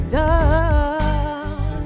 done